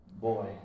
Boy